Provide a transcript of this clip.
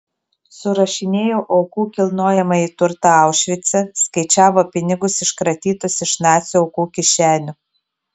surašinėjo aukų kilnojamąjį turtą aušvice skaičiavo pinigus iškratytus iš nacių aukų kišenių